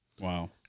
Wow